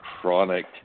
chronic